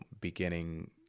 beginning